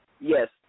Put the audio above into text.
yes